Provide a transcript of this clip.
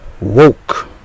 Woke